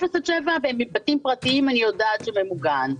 0 עד 7 בבתים פרטיים, אני יודעת שממוגן.